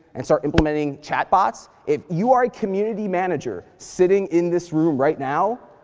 and start implementing chat bots. if you are a community manager sitting in this room right now,